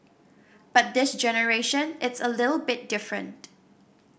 but this generation it's a little bit different